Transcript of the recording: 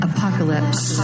Apocalypse